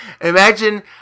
Imagine